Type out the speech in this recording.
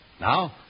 Now